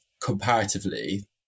comparatively